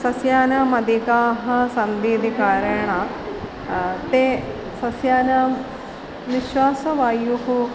सस्यानाम् अधिकाः सन्तीति कारेण ते सस्यानां निश्वासवायुः